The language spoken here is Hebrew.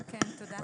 תודה.